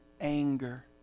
anger